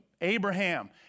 Abraham